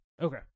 Okay